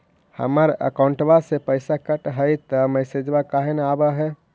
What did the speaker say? हमर अकौंटवा से पैसा कट हई त मैसेजवा काहे न आव है?